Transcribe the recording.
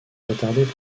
retardés